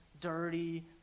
dirty